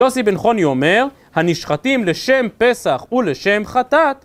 יוסי בן חוני אומר, הנשחטים לשם פסח ולשם חטאת.